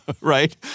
right